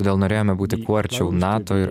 todėl norėjome būti kuo arčiau nato ir